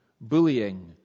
bullying